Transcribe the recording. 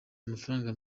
amafaranga